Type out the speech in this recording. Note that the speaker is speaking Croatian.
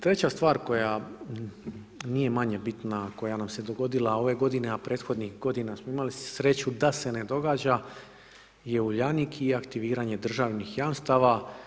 Treća stvar koja nije manje bitna, koja nam se dogodila ove g. a prethodnih godina, smo imali sreću da se ne događa je Uljanik i aktiviranje državnih jamstava.